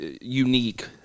unique